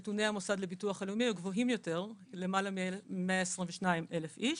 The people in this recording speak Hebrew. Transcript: נתוני המוסד לביטוח לאומי היו גבוהים יותר למעלה מ-122,000 איש.